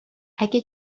اگه